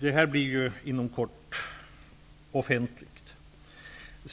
Detta blir inom kort offentligt.